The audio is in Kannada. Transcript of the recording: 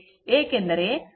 ಏಕೆಂದರೆ cos α 10 13